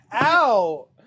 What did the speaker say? ow